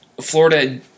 Florida